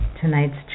tonight's